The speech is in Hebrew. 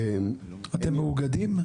אתם מאוגדים?